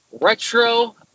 retro